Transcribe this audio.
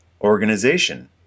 organization